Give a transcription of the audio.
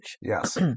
Yes